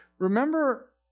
Remember